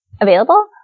available